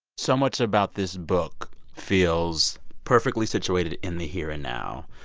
so much about this book feels perfectly situated in the here and now.